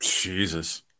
Jesus